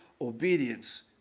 obedience